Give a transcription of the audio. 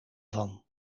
van